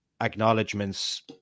Acknowledgements